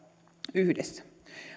yhdessä